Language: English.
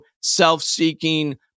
self-seeking